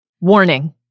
Warning